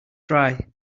dry